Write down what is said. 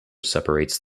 separates